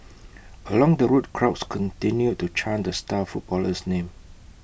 along the route crowds continued to chant the star footballer's name